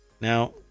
now